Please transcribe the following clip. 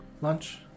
Lunch